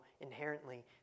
inherently